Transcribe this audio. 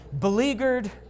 beleaguered